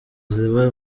ziba